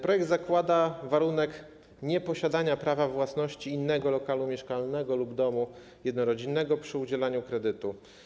Projekt zakłada warunek nieposiadania prawa własności innego lokalu mieszkalnego lub domu jednorodzinnego przy udzielaniu kredytu.